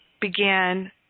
began